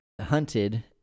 hunted